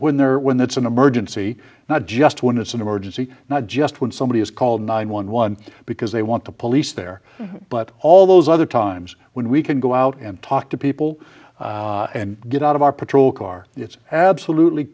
when there when that's an emergency not just when it's an emergency not just when somebody is called nine one one because they want to police there but all those other times when we can go out and talk to people and get out of our patrol car it's absolutely